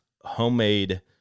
homemade